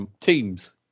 Teams